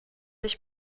ich